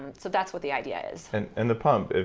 and so that's what the idea is and and the pump,